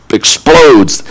explodes